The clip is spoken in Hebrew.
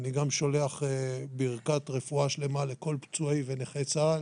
אני שולח ברכת רפואה שלמה לכל פצועי ונכי צה"ל,